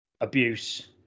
abuse